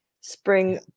spring